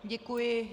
Děkuji.